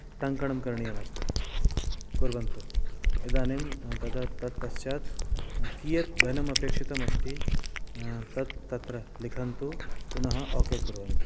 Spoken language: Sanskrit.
टङ्कणं करणीयमस्ति कुर्वन्तु इदानीं तद तत् पश्चात् कियत् धनम् अपेक्षितमस्ति तत् तत्र लिखन्तु पुनः ओके कुर्वन्तु